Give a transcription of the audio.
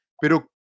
pero